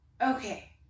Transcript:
Okay